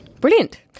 Brilliant